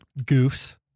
goofs